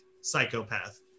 psychopath